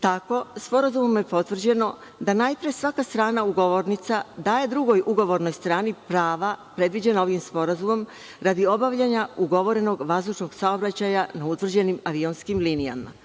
Tako, sporazumom je potvrđeno da najpre svaka strana ugovornica daje ugovornoj strani prava predviđena ovim sporazumom radi obavljanja ugovorenog vazdušnog saobraćaja na utvrđenim avionskim linijama.